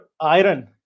iron